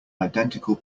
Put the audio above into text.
identical